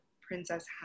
princess